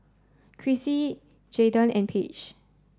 Krissy Jaydon and Page